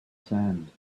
sand